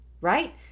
right